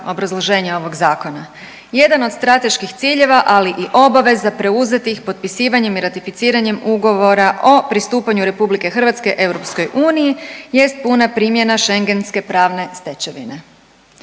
obrazloženja ovog zakona. Jedan od strateških ciljeva, ali i obaveza preuzetih potpisivanjem i ratificiranjem ugovora o pristupanju Republike Hrvatske EU jest puna primjena Schengenske pravne stečevine.